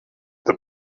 the